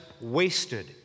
wasted